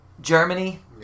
Germany